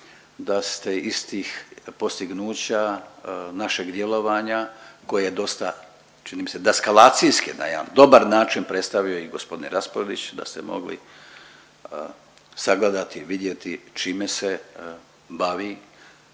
da ste iz tih postignuća našeg djelovanja koje je dosta čini mi se daskalacijski na jedan dobar način predstavio i gospodin Raspudić, da ste mogli sagledati, vidjeti čime se bavi